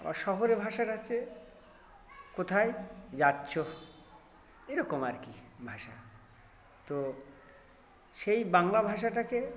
আবার শহরের ভাষাটা হচ্ছে কোথায় যাচ্ছো এরকম আর কী ভাষা তো সেই বাংলা ভাষাটাকে